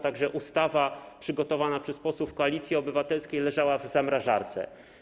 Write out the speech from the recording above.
Także ustawa przygotowana przez posłów Koalicji Obywatelskiej leżała w zamrażarce.